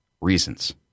reasons